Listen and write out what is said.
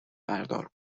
بردار